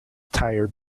tire